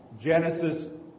Genesis